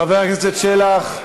חבר הכנסת שלח.